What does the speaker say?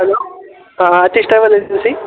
hello हां Atish travel agency